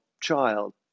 child